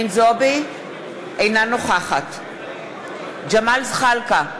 אינה נוכחת ג'מאל זחאלקה,